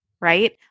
right